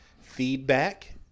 Feedback